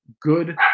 good